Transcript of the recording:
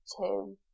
two